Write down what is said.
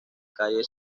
calle